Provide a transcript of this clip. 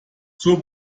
zur